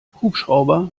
hubschrauber